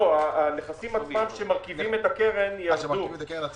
לא, שווים של